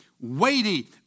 weighty